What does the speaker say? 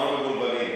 אנחנו לא מבולבלים.